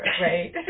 right